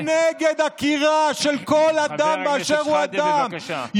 אני נגד עקירה של כל אדם באשר הוא אדם,